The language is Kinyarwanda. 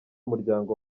umuryango